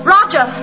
Roger